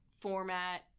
format